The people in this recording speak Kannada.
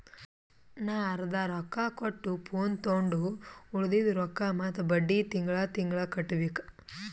ನಾ ಅರ್ದಾ ರೊಕ್ಕಾ ಕೊಟ್ಟು ಫೋನ್ ತೊಂಡು ಉಳ್ದಿದ್ ರೊಕ್ಕಾ ಮತ್ತ ಬಡ್ಡಿ ತಿಂಗಳಾ ತಿಂಗಳಾ ಕಟ್ಟಬೇಕ್